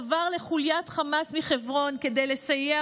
חבר לחוליית חמאס מחברון כדי לסייע